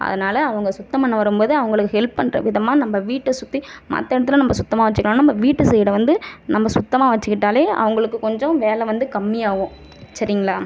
அதனால் அவங்க சுத்தம் பண்ண வரும்போது அவங்களுக்கு ஹெல்ப் பண்ணுற விதமாக நம்ம வீட்டை சுற்றி மற்ற இடத்துல நம்ம சுத்தமாக வைச்சிக்கலனாலும் நம்ம வீட்டு சைடை வந்து நம்ம சுத்தமாக வைச்சிக்கிட்டாலே அவங்களுக்கு கொஞ்சம் வேலை வந்து கம்மி ஆகும் சரிங்ளா